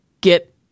get